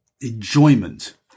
enjoyment